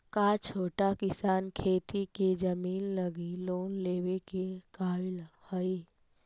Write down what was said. का छोटा किसान खेती के जमीन लगी लोन लेवे के काबिल हई?